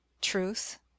truth